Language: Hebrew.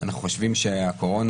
אנחנו חושבים שהקורונה,